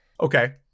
okay